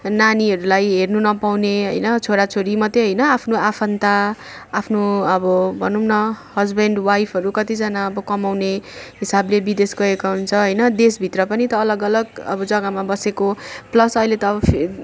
नानीहरूलाई हेर्नु नपाउने होइन छोरा छोरी मात्र होइन आफ्नो आफन्त आफ्नो अब भनौँ न हसबेन्ड वाइफहरू कतिजना अब कमाउने हिसाबले विदेश गएको हुन्छ होइन देश भित्र पनि अलग अलग अब जगामा बसेको प्लस अहिले त अब फेरि